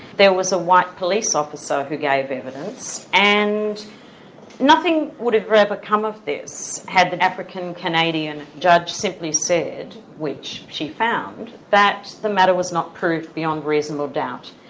there was a white police officer who gave evidence, and nothing would have ever ever come of this had the african-canadian judge simply said, which she found, that the matter was not proved beyond reasonable doubt.